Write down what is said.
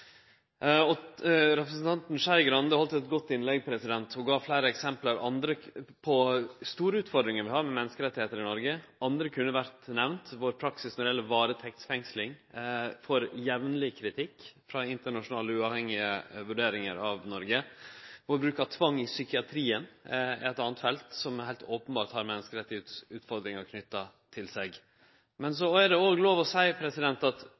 ytterlegare. Representanten Skei Grande heldt eit godt innlegg. Ho gav fleire eksempel på store utfordringar vi har med menneskerettar i Noreg. Andre kunne ha vore nemnt. Praksisen vår når det gjeld varetektsfengsling, får jamleg kritikk frå internasjonale uavhengige vurderingar av Noreg. Bruken vår av tvang i psykiatrien er eit anna felt som heilt openbert har menneskerettsutfordringar knytte til seg. Men så er det òg lov å seie at